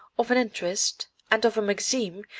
of an interest, and of a maxim,